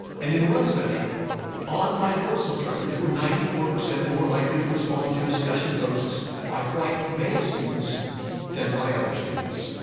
and in one study online course instructors were ninety four percent more likely to respond to discussion posts by white male students than by other students.